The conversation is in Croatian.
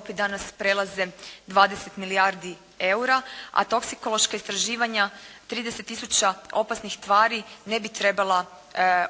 danas prelaze 20 milijardi eura, a toksikološka istraživanja 30000 opasnih tvari ne bi trebala